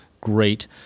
great